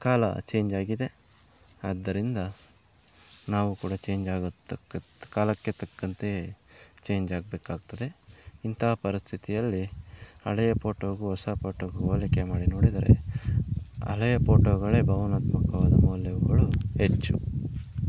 ಕಾಲ ಚೇಂಜ್ ಆಗಿದೆ ಆದ್ದರಿಂದ ನಾವೂ ಕೂಡ ಚೇಂಜ್ ಆಗತಕ್ಕದ್ದು ಕಾಲಕ್ಕೆ ತಕ್ಕಂತೆಯೇ ಚೇಂಜ್ ಆಗಬೇಕಾಗ್ತದೆ ಇಂತಹ ಪರಿಸ್ಥಿತಿಯಲ್ಲಿ ಹಳೆಯ ಪೋಟೊಗೂ ಹೊಸ ಪೋಟೊಗೂ ಹೋಲಿಕೆ ಮಾಡಿ ನೋಡಿದರೆ ಹಳೆಯ ಪೋಟೊಗಳೇ ಭಾವನಾತ್ಮಕವಾದ ಮೌಲ್ಯಗಳು ಹೆಚ್ಚು